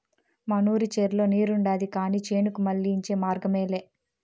మనూరి చెర్లో నీరుండాది కానీ చేనుకు మళ్ళించే మార్గమేలే